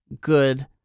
good